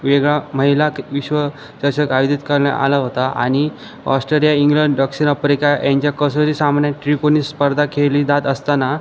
वेगळा महिला क विश्व चषक आयोजित करण्यात आला होता आणि ऑश्ट्रेलिया इंग्लंड दक्षिण अफ्रिका यांच्या कसोटी सामन्यात त्रिकोणी स्पर्धा खेळली जात असताना